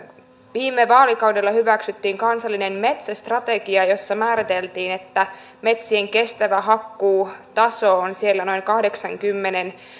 viime vaalikaudella hyväksyttiin kansallinen metsästrategia jossa määriteltiin että metsien kestävä hakkuutaso on siellä noin kahdeksankymmenen